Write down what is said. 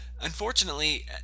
Unfortunately